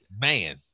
Man